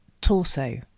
torso